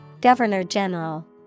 Governor-General